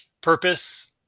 Purpose